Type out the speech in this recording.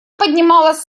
поднималось